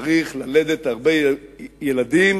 צריך ללדת הרבה ילדים,